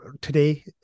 today